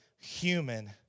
human